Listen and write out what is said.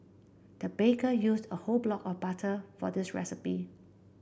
the baker used a whole block of butter for this recipe